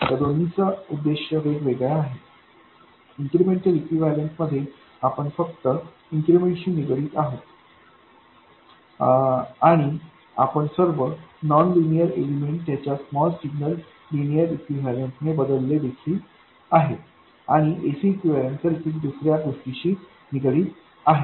या दोन्हींचा उद्देश वेगवेगळा आहे इन्क्रिमेंटल इक्विवैलन्ट मध्ये आपण फक्त इन्क्रिमेंट शी निगडित आहोत आणि आपण सर्व नॉन लिनियर एलिमेंट त्यांच्या स्मॉल सिग्नल लिनियर इक्विवैलन्ट नी बदलले देखील आहे आणि ac इक्विवैलन्ट सर्किट दुसर्या गोष्टींशी निगडीत आहे